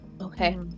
Okay